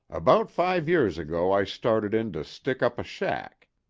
about five years ago i started in to stick up a shack.